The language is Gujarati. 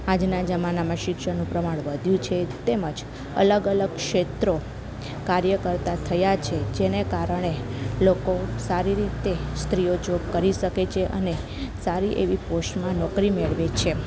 આજના જમાનામાં શિક્ષણનું પ્રમાણ વધ્યું છે તેમજ અલગ અલગ ક્ષેત્રો કાર્ય કરતા થયાં છે જેને કારણે લોકો સારી રીતે સ્ત્રીઓ જોબ કરી શકે છે અને અને સારી એવી પોસ્ટમાં નોકરી મેળવે છે